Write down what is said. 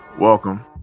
welcome